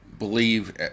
believe